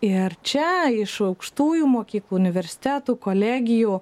ir čia iš aukštųjų mokyklų universitetų kolegijų